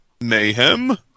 mayhem